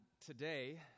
today